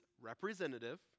representative